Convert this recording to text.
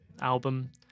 album